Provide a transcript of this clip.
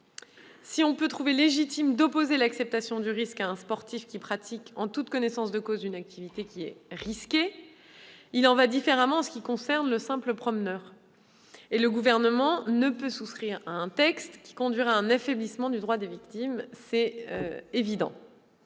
si l'on peut trouver légitime d'opposer l'acceptation du risque à un sportif qui pratique en toute connaissance de cause une activité risquée, il en va différemment en ce qui concerne le simple promeneur, et le Gouvernement ne saurait souscrire à un texte qui conduirait à un affaiblissement du droit des victimes. À cet